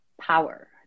power